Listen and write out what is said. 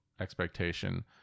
expectation